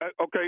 okay